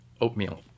oatmeal